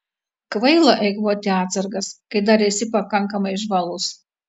kvaila eikvoti atsargas kai dar esi pakankamai žvalus